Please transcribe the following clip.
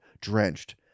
Drenched